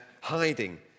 hiding